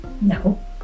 No